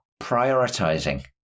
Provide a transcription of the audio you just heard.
prioritizing